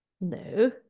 No